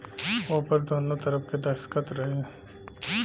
ओहपर दुन्नो तरफ़ के दस्खत रही